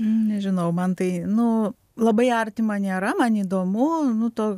nežinau man tai nu labai artima nėra man įdomu nu to